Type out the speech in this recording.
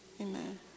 amen